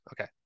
Okay